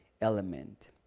element